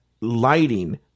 lighting